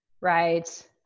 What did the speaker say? right